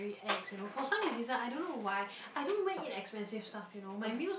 very ex you know for some reason I don't know why I don't even eat expensive stuff you know my meals